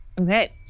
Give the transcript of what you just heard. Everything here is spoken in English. Okay